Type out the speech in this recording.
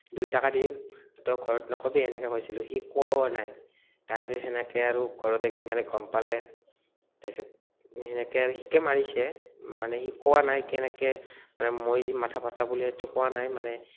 দুই টাকা দিম তই ঘৰত নক'বি এনেকে কৈছিলোঁ সি কোৱাও নাই তাৰপাছত সেনেকে আৰু ঘৰত গম পালে তাৰপাছত সেনেকে আৰু সিকে মাৰিছে মানে সি কোৱা নাই কেনেকে মানে মই যে মাথা ফাটা বুলি সেইটো কোৱা নাই মানে